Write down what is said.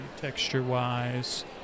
texture-wise